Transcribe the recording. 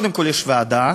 קודם כול, יש ועדה